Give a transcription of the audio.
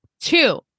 two